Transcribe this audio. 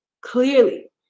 clearly